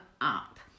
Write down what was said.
up